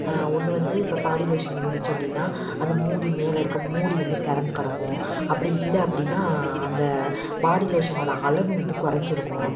ஒன்று வந்து இப்போ பாடி லோஷன் இருந்துச்சு அப்படின்னா அந்த மூடி மேலே இருக்க மூடி வந்து திறந்து கிடக்கும் அப்படி இல்லை அப்படின்னா அந்த பாடி லோஷனோட அளவும் வந்து குறஞ்சிருக்கும்